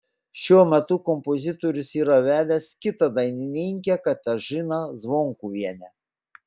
šiuo metu kompozitorius yra vedęs kitą dainininkę katažiną zvonkuvienę